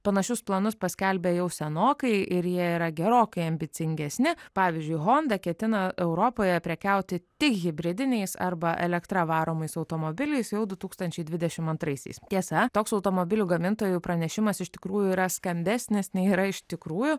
panašius planus paskelbė jau senokai ir jie yra gerokai ambicingesni pavyzdžiui honda ketina europoje prekiauti tik hibridiniais arba elektra varomais automobiliais jau du tūkstančiai dvidešimt antriaisiais tiesa toks automobilių gamintojų pranešimas iš tikrųjų yra skambesnis nei yra iš tikrųjų